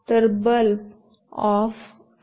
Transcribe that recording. तर bulb off आहे